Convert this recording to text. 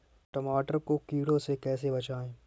टमाटर को कीड़ों से कैसे बचाएँ?